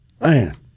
Man